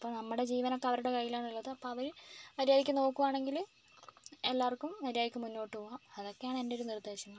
അപ്പോൾ നമ്മുടെ ജീവനൊക്കെ അവരുടെ കൈയ്യിലാണുള്ളത് അപ്പോൾ അവർ മര്യാദക്ക് നോക്കുവാണെങ്കിൽ എല്ലാവർക്കും മര്യാദക്ക് മുന്നോട്ട് പോവാം അതൊക്കെയാണ് എൻ്റെയൊരു നിർദ്ദേശങ്ങൾ